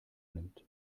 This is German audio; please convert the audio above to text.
nimmt